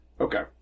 Okay